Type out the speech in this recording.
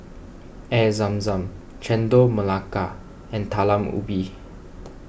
Air Zam Zam Chendol Melaka and Talam Ubi